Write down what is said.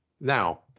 Now